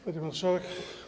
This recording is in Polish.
Pani Marszałek!